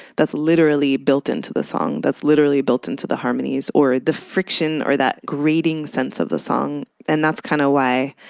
that's literally built into the song that's literally built into the harmonies or the friction or that sense of the song. and that's kind of why,